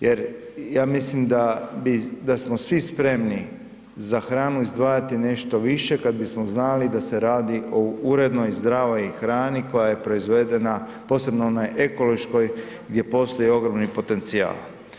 Jer ja mislim da smo svi spremni za hranu izdvajati nešto više kad bismo znali da se radi o urednoj i zdravoj hrani koja je proizvedena, posebno onoj ekološkoj gdje postoji ogromni potencijal.